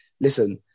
listen